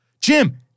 Jim